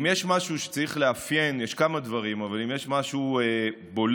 יש כמה דברים, אבל אם יש משהו בולט